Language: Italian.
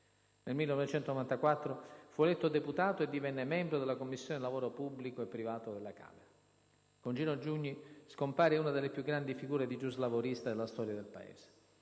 Nel 1994 fu eletto deputato e divenne membro della Commissione lavoro pubblico e privato della Camera. Con Gino Giugni scompare una delle più grandi figure di giuslavorista della storia del Paese.